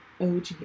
OG